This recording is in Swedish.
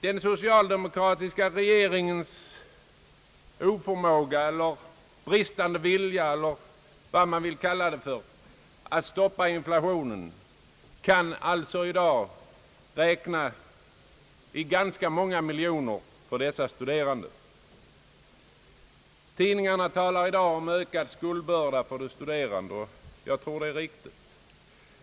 Den socialdemokratiska regeringens oförmåga eller bristande vilja, eller vad man vill kalla det för, att stoppa inflationen kan alltså i dag räknas i ganska många miljoner för dessa studerande. Tidningarna talar i dag om ökad skuldbörda för de studerande, och jag tror det är riktigt.